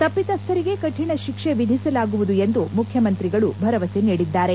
ತಪ್ಪಿತಸ್ಥರಿಗೆ ಕಠಿಣ ಶಿಕ್ಷೆ ವಿಧಿಸಲಾಗುವುದು ಎಂದು ಮುಖ್ಯಮಂತ್ರಿಗಳು ಭರವಸೆ ನೀಡಿದ್ದಾರೆ